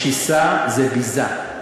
משיסה זה ביזה.